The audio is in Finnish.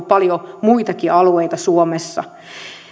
paljon muitakin alueita suomessa